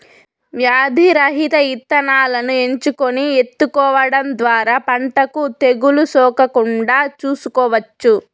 వ్యాధి రహిత ఇత్తనాలను ఎంచుకొని ఇత్తుకోవడం ద్వారా పంటకు తెగులు సోకకుండా చూసుకోవచ్చు